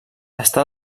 està